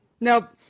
nope